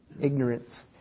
Ignorance